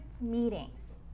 meetings